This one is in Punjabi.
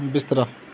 ਬਿਸਤਰਾ